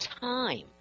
time